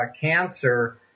cancer